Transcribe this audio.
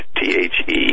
T-H-E